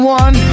one